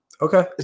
Okay